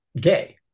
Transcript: gay